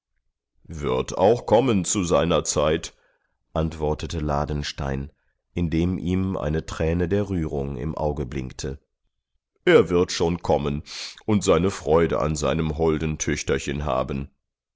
wird auch kommen zu seiner zeit antwortete ladenstein indem ihm eine träne der rührung im auge blinkte er wird schon kommen und eine freude an seinem holden töchterchen haben